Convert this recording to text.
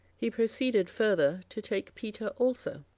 he proceeded further to take peter also.